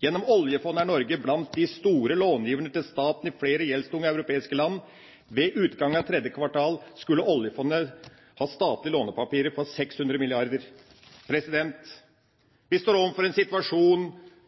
Gjennom Oljefondet er Norge blant de store långiverne til staten i flere gjeldstunge europeiske land. Ved utgangen av 3. kvartal hadde oljefondet statlige lånepapirer for 600 milliarder kroner.» Vi står overfor en situasjon